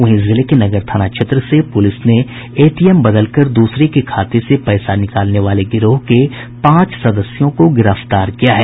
वहीं जिले के नगर थाना क्षेत्र से पुलिस ने एटीएम बदलकर दूसरे के खाते से पैसा निकालने वाले गिरोह के पांच सदस्यों को गिरफ्तार किया है